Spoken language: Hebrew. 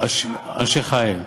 אנשי חיל.